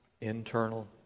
internal